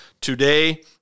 today